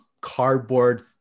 cardboard